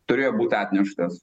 turėjo būt atneštas